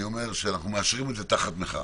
אנחנו מאשרים את זה תחת מחאה,